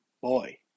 boy